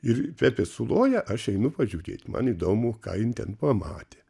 ir pepė suloja aš einu pažiūrėt man įdomu ką jin ten pamatė